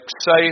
safe